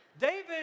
David